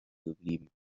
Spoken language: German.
geblieben